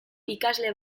ikasle